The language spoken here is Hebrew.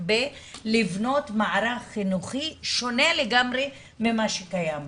בלבנות מערך חינוכי שונה לגמרי ממה שקיים היום.